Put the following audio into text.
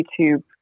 YouTube